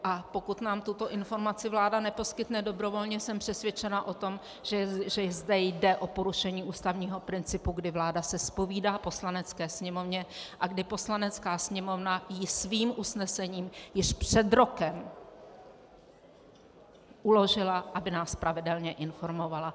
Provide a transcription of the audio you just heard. A pokud nám tuto informaci vláda neposkytne dobrovolně, jsem přesvědčena o tom, že zde jde o porušení ústavního principu, kdy vláda se zpovídá Poslanecké sněmovně a kdy Poslanecká sněmovna jí svým usnesením již před rokem uložila, aby nás pravidelně informovala.